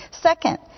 Second